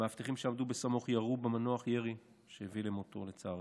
איים בסכין על אדם מבוגר לאחר